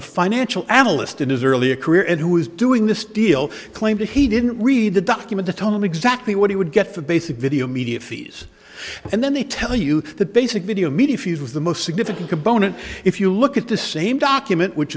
a financial analyst in his early a career and who is doing this deal claimed he didn't read the document autonomy exactly what he would get the basic video media fees and then they tell you the basic video media fees was the most significant component if you look at the same document which